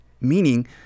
meaning